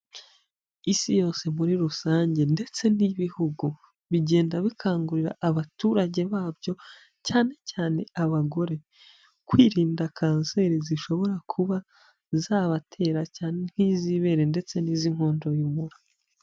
Isi yose muri rusange ndetse n'ibihugu, bigenda bikangurira abaturage babyo cyane cyane abagore, kwirinda kanseri zishobora kuba zabatera nk'iz'ibere ndetse n'iz'inkondo y'umura.